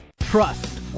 Trust